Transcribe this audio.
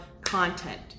content